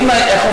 אמרתי לכם,